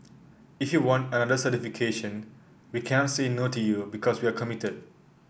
if you want another certification we can't say no to you because we're committed